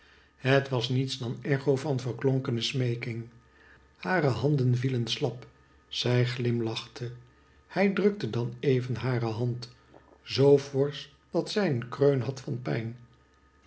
het was niets dan echo van verklonkene smeeking hare handen vielen slap zij glimlachte hij drukte dan even hare hand zoo forsch dat zij een kreun had van pijn